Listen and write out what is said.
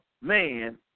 man